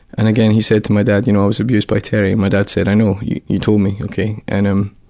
and again, he said to my dad, you know, i was abused by terry, my dad said i know, you told me ok, and um